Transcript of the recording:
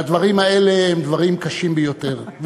הדברים האלה הם דברים קשים ביותר.